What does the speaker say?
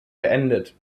beendet